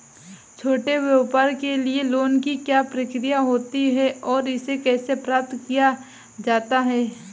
छोटे व्यापार के लिए लोंन की क्या प्रक्रिया होती है और इसे कैसे प्राप्त किया जाता है?